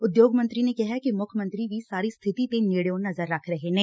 ਉਦਯੋਗ ਮੰਤਰੀ ਨੇ ਕਿਹੈ ਕਿ ਮੁੱਖ ਮੰਤਰੀ ਵੀ ਸਾਰੀ ਸਥਿਤੀ ਤੇ ਨੇੜਿਓਂ ਨਜ਼ਰ ਰੱਖ ਰਹੇ ਨੇ